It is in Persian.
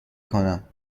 کنم